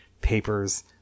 papers